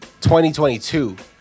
2022